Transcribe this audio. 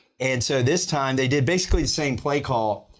and so this time they did basically the same play call,